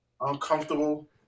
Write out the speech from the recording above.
uncomfortable